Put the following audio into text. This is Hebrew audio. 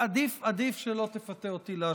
עדיף שלא תפתה אותי להשיב.